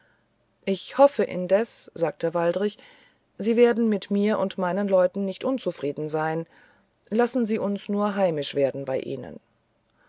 ich hoffe indes sagte waldrich sie werden mit mir und meinen leuten nicht unzufrieden sein lassen sie uns nur heimisch werden bei ihnen